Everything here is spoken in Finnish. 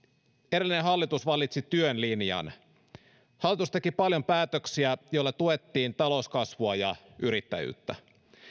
edellinen hallitus valitsi työn linjan hallitus teki paljon päätöksiä joilla tuettiin talouskasvua ja yrittäjyyttä